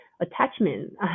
attachment